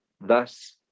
thus